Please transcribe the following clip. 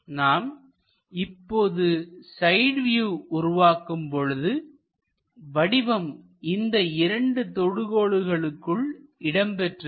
நாம் இப்பொழுது side view உருவாக்கும் பொழுது வடிவம் இந்த இரண்டு தொடு கோடுகளுக்குள் இடம் பெற்றுவிடும்